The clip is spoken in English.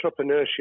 entrepreneurship